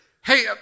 hey